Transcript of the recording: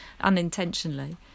unintentionally